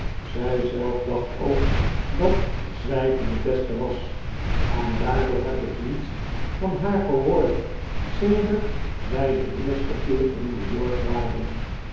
gij zelf dacht ook dat zwijgen het beste was en daardoor heb ik niets van haar gehoord sedert wij den eersten keer'in new york waren